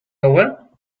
over